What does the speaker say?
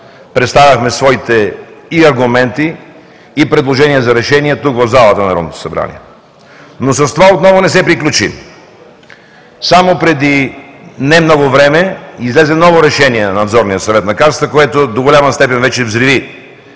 представяхме своите и аргументи, и предложения за решения – тук, в залата на Народното събрание. Но с това отново не се приключи, само преди не много време излезе ново Решение на Надзорния съвет на Касата, което до голяма степен вече взриви